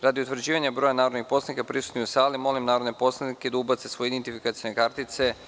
Radi utvrđivanja broja narodnih poslanika prisutnih u sali, molim narodne poslanike da ubace svoje identifikacione kartice.